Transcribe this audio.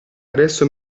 adesso